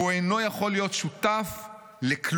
והוא אינו יכול להיות שותף לכלום.